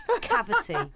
cavity